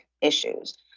issues